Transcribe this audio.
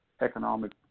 economic